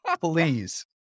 Please